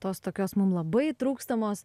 tos tokios mum labai trūkstamos